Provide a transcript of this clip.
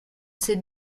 ces